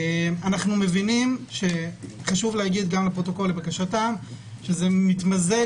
אנו מבינים שחשוב לומר גם לפרוטוקול לבקשתם שזה מתמזג